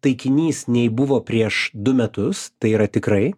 taikinys nei buvo prieš du metus tai yra tikrai